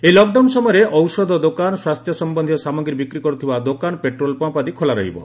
ଏହି ଲକ୍ଡାଉନ୍ ସମୟରେ ଔଷଧ ଦୋକାନ ସ୍ୱାସ୍ଥ୍ୟ ସମ୍ୟନ୍ଧୀୟ ସାମଗ୍ରୀ ବିକ୍ରି କରୁଥିବା ଦୋକାନ ପେଟ୍ରୋଲ୍ ପଞ୍ ଆଦି ଖୋଲା ରହିବ